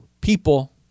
people